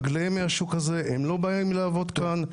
ישראלים מדירים רגליהם מהשוק הזה ולא באים לעבוד כאן,